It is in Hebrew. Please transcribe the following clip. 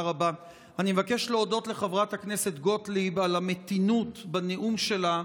הבא: אני מבקש להודות לחברת הכנסת גוטליב על המתינות בנאום שלה,